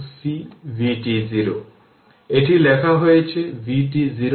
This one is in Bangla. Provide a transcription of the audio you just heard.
এই বিষয়ের পরে DC ট্রানসিয়েন্ট সেই সময়ে ক্যাপাসিটরের আচরণের পাশাপাশি ইন্ডাক্টর আসবে